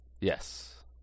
Yes